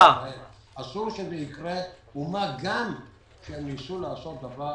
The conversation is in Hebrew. אסור שזה יקרה, מה גם שניסו לעשות דבר